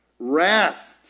Rest